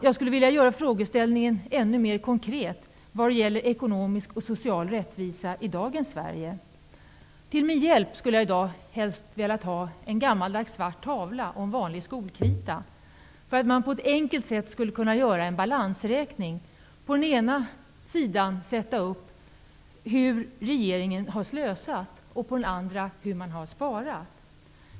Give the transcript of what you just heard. Jag skulle vilja göra frågeställningen ännu mer konkret vad gäller ekonomisk och social rättvisa i dagens Sverige. Till min hjälp hade jag i dag helst velat ha en gammaldags svart tavla och en vanlig skolkrita, så att jag på ett enkelt sätt hade kunnat göra en balansräkning. På den ena sidan kunde man sätta upp hur regeringen har slösat, på den andra hur man har sparat.